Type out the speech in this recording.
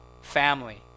Family